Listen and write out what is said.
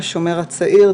השומר הצעיר,